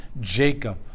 Jacob